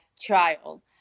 trial